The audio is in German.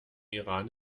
iran